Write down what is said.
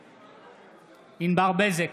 בעד ענבר בזק,